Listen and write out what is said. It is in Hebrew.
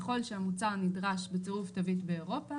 ככל שהמוצר נדרש בצירוף תווית באירופה